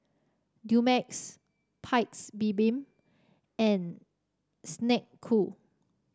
Dumex Paik's Bibim and Snek Ku